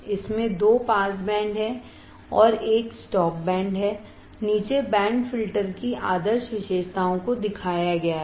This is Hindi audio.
इसमें दो पास बैंड हैं और एक स्टॉप बैंड नीचे बैंड फिल्टर की आदर्श विशेषताओं को दिखाया गया है